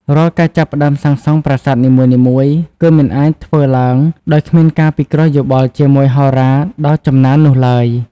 រាល់ការចាប់ផ្តើមសាងសង់ប្រាសាទមួយៗគឺមិនអាចធ្វើឡើងដោយគ្មានការពិគ្រោះយោបល់ជាមួយហោរាដ៏ចំណាននោះឡើយ។